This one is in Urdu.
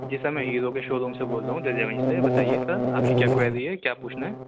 جی سر میں ہیرو کے شو روم سے بول رہا ہوں دریا گنج سے بتائیے سر آپ کی کیا کوئیری ہے کیا پوچھنا ہے